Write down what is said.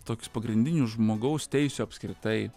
toks pagrindinių žmogaus teisių apskritai